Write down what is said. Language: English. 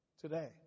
Today